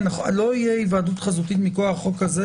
לא תהיה היוועדות חזותית מכוח החוק הזה